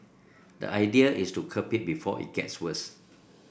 the idea is to curb it before it gets worse